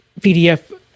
PDF